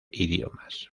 idiomas